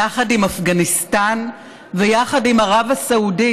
יחד עם אפגניסטן ויחד עם ערב הסעודית.